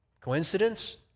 Coincidence